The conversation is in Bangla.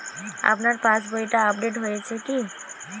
আমার পাশবইটা আপডেট হয়েছে কি?